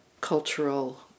cultural